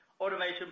automation